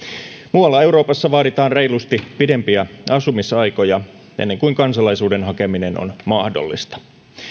muualla euroopassa vaaditaan reilusti pidempiä asumisaikoja ennen kuin kansalaisuuden hakeminen on mahdollista